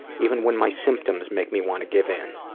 even when my symptoms make me want to give in.